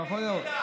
יכול להיות.